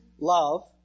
love